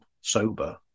sober